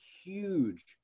huge